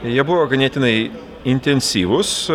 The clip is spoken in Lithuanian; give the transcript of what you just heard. jie buvo ganėtinai intensyvus